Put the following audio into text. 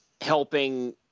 helping